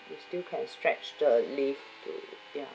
we still can stretch the leave to ya